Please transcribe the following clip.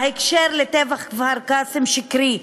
בהקשר לטבח כפר-קאסם, שקרי.